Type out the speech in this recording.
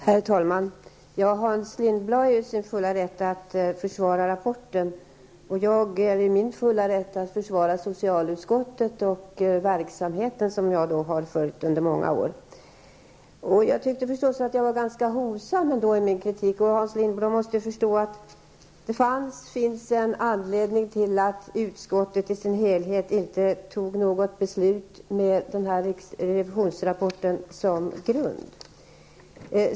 Herr talman! Hans Lindblad har full rätt att försvara rapporten, och jag har min fulla rätt att försvara socialutskottet och dess verksamhet, som jag har följt under många år. Jag tyckte ändå att jag var ganska hovsam i min kritik. Hans Lindblad måste förstå att det finns en anledning till att utskottet i sin helhet inte fattade beslut om något uttalande med revisionsrapporten som grund.